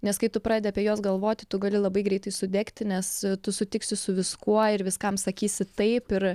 nes kai tu pradedi apie juos galvoti tu gali labai greitai sudegti nes tu sutiksi su viskuo ir viskam sakysi taip ir